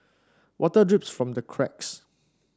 water drips from the cracks